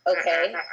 Okay